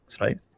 right